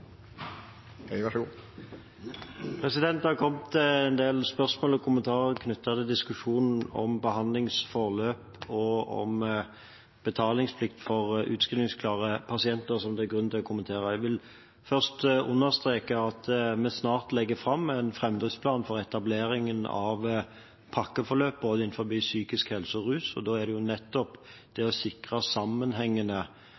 del spørsmål og kommentarer knyttet til diskusjonen om behandlingsforløp og om betalingsplikt for utskrivningsklare pasienter som det er grunn til å kommentere. Jeg vil først understreke at vi snart legger fram en framdriftsplan for etableringen av pakkeforløp innenfor både psykisk helse og rus. Det er nettopp det å sikre sammenhengende tjenester som er målsettingen. Det